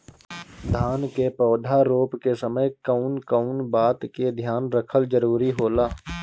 धान के पौधा रोप के समय कउन कउन बात के ध्यान रखल जरूरी होला?